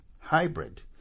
hybrid